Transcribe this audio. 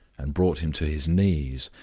and brought him to his knees,